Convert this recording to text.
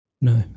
No